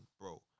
bro